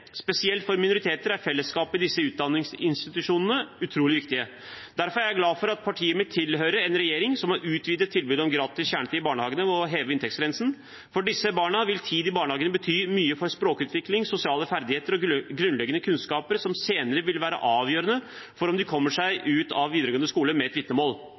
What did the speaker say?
Spesielt for minoriteter er fellesskapet i disse utdanningsinstitusjonene utrolig viktige. Derfor er jeg glad for at partiet mitt tilhører en regjering som har utvidet tilbudet om gratis kjernetid i barnehagene, og hever inntektsgrensen. For disse barna vil tid i barnehagene bety mye for språkutvikling, sosiale ferdigheter og grunnleggende kunnskaper, som senere vil være avgjørende for om de kommer seg ut av videregående skole med et vitnemål.